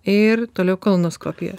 ir toliau kolonoskopija